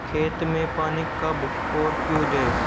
खेत में पानी कब और क्यों दें?